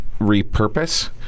repurpose